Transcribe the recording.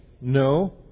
no